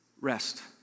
Rest